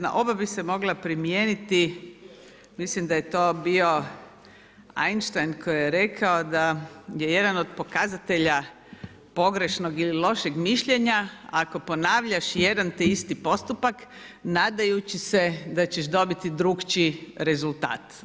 Na oba bi se mogla primijeniti, mislim da je to bio Einstein koji je rekao da je jedan od pokazatelja pogrešnog ili lošeg mišljenja ako ponavljaš jedan te isti postupak nadajući se da ćeš dobiti drukčiji rezultat.